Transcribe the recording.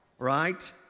right